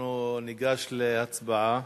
אנחנו ניגש להצבעה.